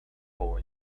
boy